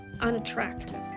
unattractive